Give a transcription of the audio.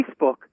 Facebook